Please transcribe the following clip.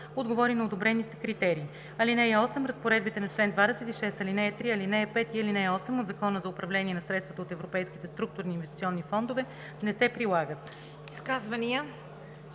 отговори на одобрените критерии. (8) Разпоредбите на чл. 26, ал. 3, ал. 5 и ал. 8 от Закона за управление на средствата от Европейските структурни и инвестиционни фондове не се прилагат.“